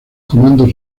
comandos